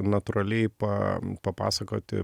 natūraliai pa papasakoti